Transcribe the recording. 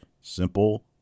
simple